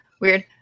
weird